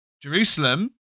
Jerusalem